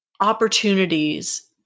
opportunities